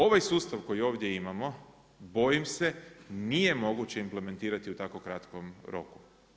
Ovaj sustav koji ovdje imamo, bojim se nije moguće implementirati u tako kratkom roku.